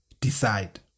decide